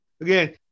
Again